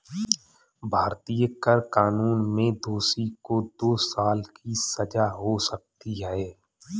भारतीय कर कानून में दोषी को दो साल की सजा हो सकती है